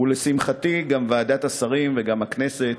ולשמחתי, גם בוועדת השרים וגם הכנסת